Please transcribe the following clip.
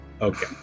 Okay